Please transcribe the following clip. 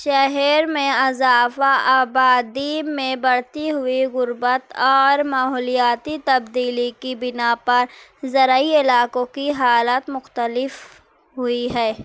شہر میں اضافہ آبادی میں بڑھتی ہوئی غربت اور ماحولیاتی تبدیلی کی بنا پر زرعی علاقوں کی حالت مختلف ہوئی ہے